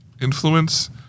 influence